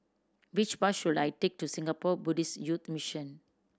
which bus should I take to Singapore Buddhist Youth Mission